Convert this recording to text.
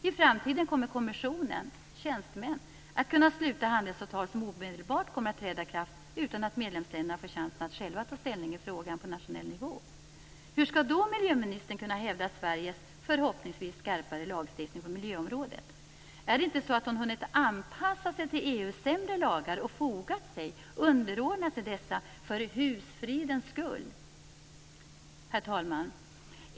I framtiden kommer kommissionen, tjänstemän, att kunna sluta handelsavtal som omedelbart kommer att träda i kraft utan att medlemsländerna får chansen att själva ta ställning i frågan på nationell nivå. Hur skall då miljöministern kunna hävda Sveriges förhoppningsvis skarpare lagstiftning på miljöområdet? Är det inte så att hon hunnit anpassa sig till EU:s sämre lagar och fogat sig, underordnat sig dessa, för husfridens skull? Herr talman!